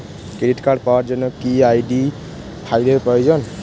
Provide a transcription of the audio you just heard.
Credit card পাওয়ার জন্য কি আই.ডি ফাইল এর প্রয়োজন?